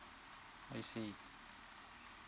I see